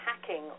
hacking